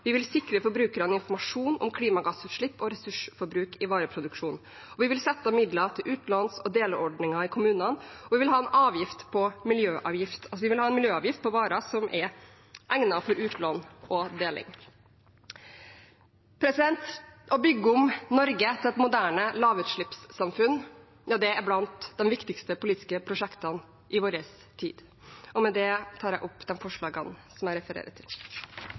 vi vil sikre forbrukerne informasjon om klimagassutslipp og ressursforbruk i vareproduksjonen, og vi vil sette av midler til utlåns- og deleordninger i kommunene, og vi vil ha en miljøavgift på varer som er egnet for utlån og deling. Å bygge om Norge til et moderne lavutslippssamfunn er blant de viktigste politiske prosjektene i vår tid. Med det tar jeg opp forslaget fra Miljøpartiet De Grønne og de forslagene vi har sammen med Rødt. Da har representanten Une Bastholm tatt opp de forlagene hun refererte til.